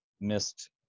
missed